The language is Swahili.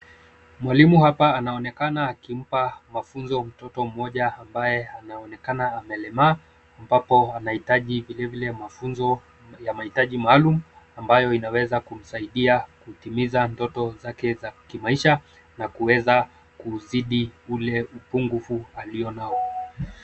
Mwalimu hapa anaonekana akimpa mafunzo mtoto mmoja ambaye anaonekana amelemaa ambapo anahitaji vile vile mafunzo ya mahitaji maalumu ambayo inaweza kumsaidia kutimiza ndoto zake za kimaisha na kueza kuzidi ule upungufu alionao.